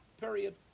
Period